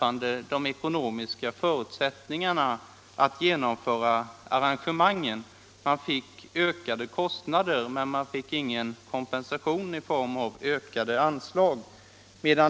av de ekonomiska förutsättningarna att genomföra arrangemangen. Man fick ökade kostnader, men man fick ingen kompensation i form av ökade anslag.